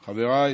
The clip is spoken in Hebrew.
חבריי,